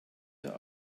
der